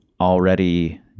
already